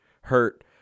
Hurt